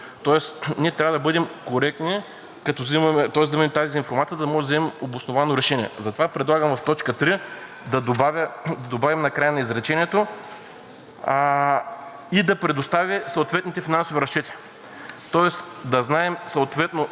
да добавим на края на изречението „и да предостави съответните финансови разчети“. Тоест да знаем съответно като дадем някакво оборудване, ако трябва да получим заместващо или да купим следващо такова оборудване, колко би ни струвало?